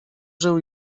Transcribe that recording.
żył